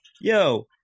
yo